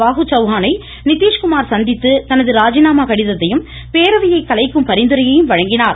பாகுசௌஹானை நித்தீஷ்குமார் சந்தித்து தனது ராஜினாமா கடிதத்தையும் பேரவையை கலைக்கும் பரிந்துரையையும் வழங்கினார்